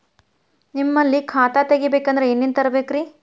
ನಿಮ್ಮಲ್ಲಿ ಖಾತಾ ತೆಗಿಬೇಕಂದ್ರ ಏನೇನ ತರಬೇಕ್ರಿ?